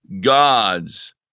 gods